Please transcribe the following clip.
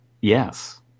yes